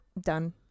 done